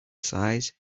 size